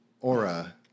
aura